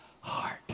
heart